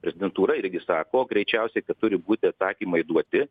prezidentūra irgi sako greičiausiai kad turi būti atsakymai duoti